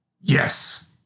Yes